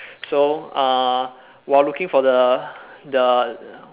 so uh while looking for the the